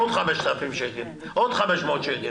הוטל עליך קנס של עוד 500 שקל.